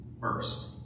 first